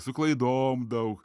su klaidom daug